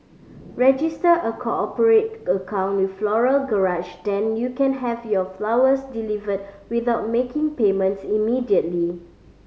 register a cooperate account with Floral Garage then you can have your flowers delivered without making payments immediately